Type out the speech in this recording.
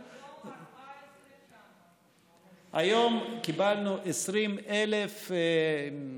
היום 14,900. היום קיבלנו 20,000 תשובות.